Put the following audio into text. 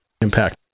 impact